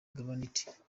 granite